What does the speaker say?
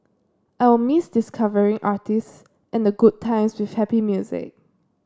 I will miss discovering artists and the good times with happy music